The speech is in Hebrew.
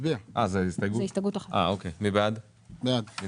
מי בעד קבלת ההסתייגות?